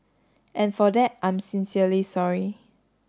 and for that I'm sincerely sorry